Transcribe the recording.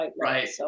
right